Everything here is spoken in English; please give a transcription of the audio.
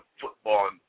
football